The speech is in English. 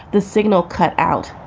the signal cut out.